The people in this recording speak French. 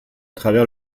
travers